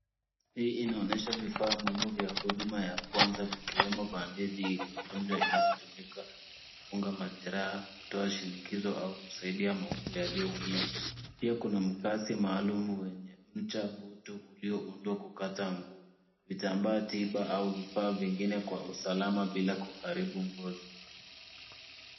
Hii inaonyesha vifaa muhimu vya huduma ya kwanza vikiwemo bandeji iliyokunjwa inayotumika kufunga majeraha, kutoa shinikizo au kusaidia maungo yaliyoumia. Pia kuna makasi maalum wenye ncha butu ulioundwa kukata nguo, vitambaa, tiba au vifaa vingine kwa usalama bila kuharibu ngozi.